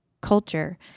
culture